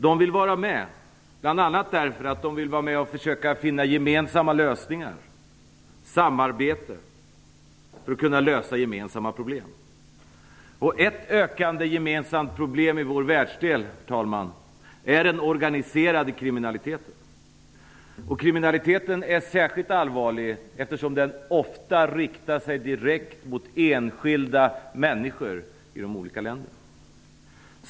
De vill vara med bl.a. därför att de vill försöka finna gemensamma lösningar - samarbete - på gemensamma problem. Ett ökande gemensamt problem i vår världsdel, herr talman, är den organiserade kriminaliteten. Kriminaliteten är särskilt allvarlig eftersom den ofta riktar sig direkt mot enskilda människor i de olika länderna.